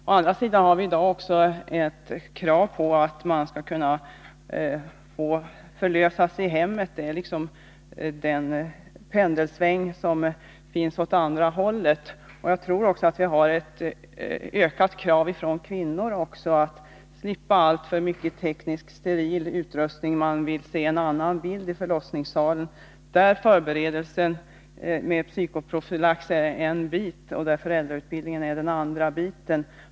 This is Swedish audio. Å andra sidan har vii dag också ett krav på att man skall kunna få förlösas i hemmet. Pendeln har nu svängt åt det hållet. Jag tror också att antalet kvinnor som kräver att få slippa alltför mycket teknisk och steril utrustning ökar. De vill se en annan bild i förlossningssalen. Förberedelsen med psykoprofylax är här ett hjälpmedel, föräldrautbildningen ett annat.